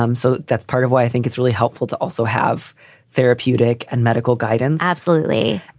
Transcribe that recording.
um so that's part of why i think it's really helpful to also have therapeutic and medical guidance. absolutely.